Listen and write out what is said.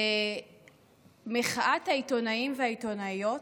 למחאת העיתונאים והעיתונאיות,